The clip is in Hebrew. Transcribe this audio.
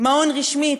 מעון רשמי,